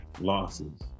losses